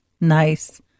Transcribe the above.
Nice